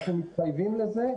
אנחנו מתחייבים לזה,